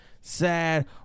sad